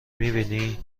میبینی